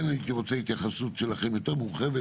כן הייתי רוצה התייחסות שלכם יותר מורחבת